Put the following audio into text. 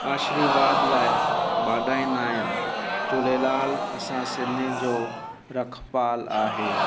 आशिर्वाद लाइ ॿाॾाईंदा आहिनि झूलेलाल असां सिंधियुनि जो रखपालु आहे